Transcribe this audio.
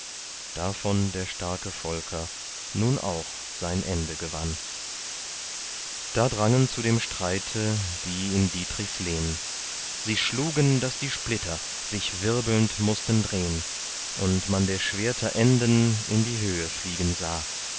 davon der starke volker nun auch sein ende gewann da drangen zu dem streite die in dietrichs lehn sie schlugen daß die splitter sich wirbelnd mußten drehn und man der schwerter enden in die höhe fliegen sah